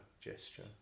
gesture